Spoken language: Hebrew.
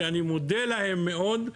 להם אני מודה מאוד,